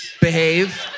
behave